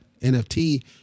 NFT